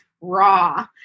raw